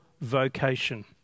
vocation